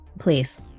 please